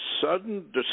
sudden